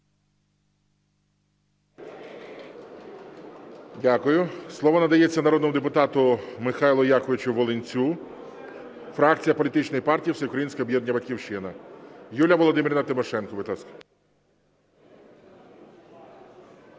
Дякую. Слово надається народному депутату Михайлу Яковичу Волинцю, фракція політичної партії "Всеукраїнське об'єднання "Батьківщина". Юлія Володимирівна Тимошенко, будь ласка.